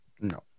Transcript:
No